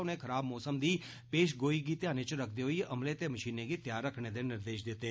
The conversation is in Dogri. उनें खराब मोसम दी पेशगोई गी ध्याने च रखदे होई अमले ते मशीनें गी तैआर रखने दे निर्देश दित्ते